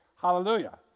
hallelujah